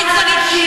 את קיצונית.